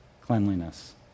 cleanliness